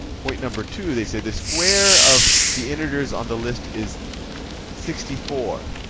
point number two, they say the square of the integers on the list is sixty four.